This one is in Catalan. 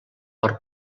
per